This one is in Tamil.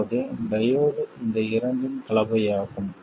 இப்போது டையோடு இந்த இரண்டின் கலவையாகும்